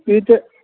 repeat